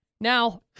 Now